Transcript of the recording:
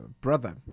brother